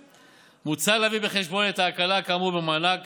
מוצע להביא בחשבון את ההקלה כאמור במענק